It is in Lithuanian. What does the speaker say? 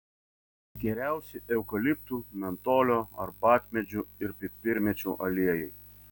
geriausi eukaliptų mentolio arbatmedžių ir pipirmėčių aliejai